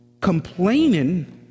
complaining